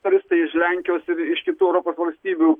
turistai iš lenkijos ir iš kitų europos valstybių